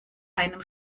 einem